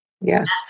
Yes